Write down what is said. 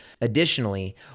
Additionally